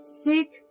Seek